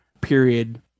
period